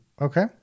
okay